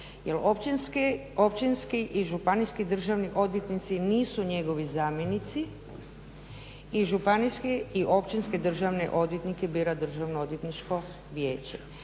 općinski i županijski državni odvjetnici nisu njegovi zamjenici i županijski i općinske državne odvjetnike bira Državno odvjetničko vijeće.